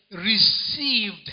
received